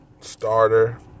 starter